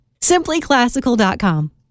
simplyclassical.com